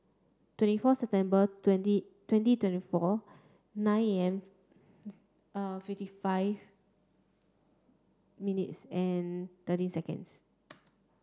twenty fourth September twenty twenty twenty four nine and fifty five minutes and thirteen seconds